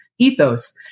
ethos